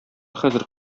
хәзер